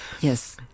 yes